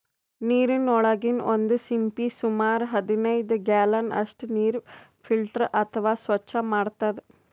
ನೀರಿನೊಳಗಿನ್ ಒಂದ್ ಸಿಂಪಿ ಸುಮಾರ್ ಹದನೈದ್ ಗ್ಯಾಲನ್ ಅಷ್ಟ್ ನೀರ್ ಫಿಲ್ಟರ್ ಅಥವಾ ಸ್ವಚ್ಚ್ ಮಾಡ್ತದ್